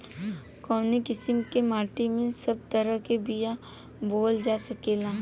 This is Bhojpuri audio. कवने किसीम के माटी में सब तरह के बिया बोवल जा सकेला?